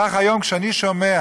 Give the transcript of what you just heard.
כך, היום כשאני שומע